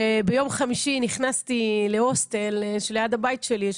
כשביום חמישי נכנסתי להוסטל ליד הבית שלי,